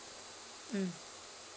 hmm